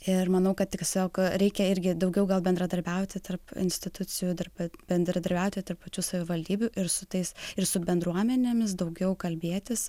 ir manau kad tiesiog reikia irgi daugiau gal bendradarbiauti tarp institucijų darbe bendradarbiauti tarp pačių savivaldybių ir su tais ir su bendruomenėmis daugiau kalbėtis